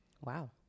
wow